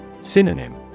Synonym